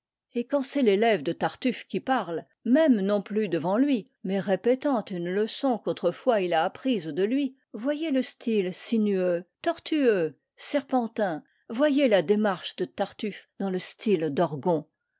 et quand c'est l'élève de tartuffe qui parle même non plus devant lui mais répétant une leçon qu'autrefois il a apprise de lui voyez le style sinueux tortueux serpentin voyez la démarche de tartuffe dans le style d'orgon